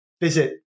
visit